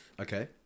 Okay